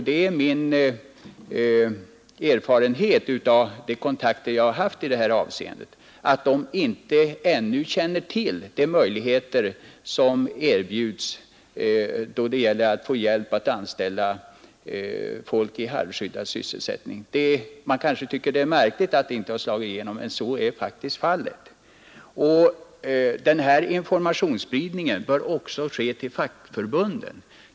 Det är min erfarenhet av de kontakter jag har haft i detta avseende, att man på många håll ännu inte känner till de möjligheter som erbjuds då det gäller att få ersättning för att anställa folk i halvskyddad sysselsättning. Det kan förefalla märkligt att informationen inte har slagit igenom, men så är faktiskt fallet. Denna informationsspridning bör också ske till fackförbunden.